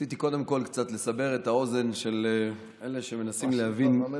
ניסיתי קודם כול קצת לסבר את האוזן של אלה שמנסים להבין